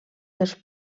dels